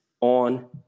on